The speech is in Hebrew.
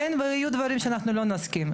ויהיו דברים שלא נסכים עליהם.